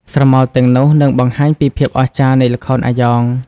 ស្រមោលទាំងនោះនឹងបង្ហាញពីភាពអស្ចារ្យនៃល្ខោនអាយ៉ង។